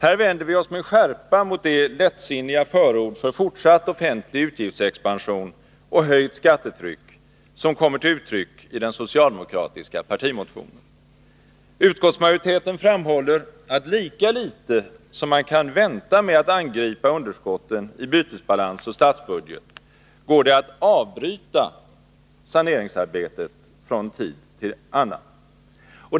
Här vänder vi oss med skärpa mot det lättsinniga förord för fortsatt offentlig utgiftsexpansion och höjda skatter som kommer till uttryck i den socialdemokratiska partimotionen. Utskottsmajoriteten framhåller att lika litet som man kan vänta med att angripa underskotten i bytesbalans och statsbudget går det att avbryta saneringsarbetet från tid till annan.